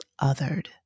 othered